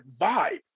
vibe